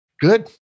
Good